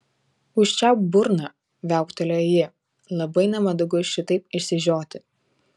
užčiaupk burną viauktelėjo ji labai nemandagu šitaip išsižioti